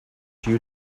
you